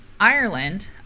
Ireland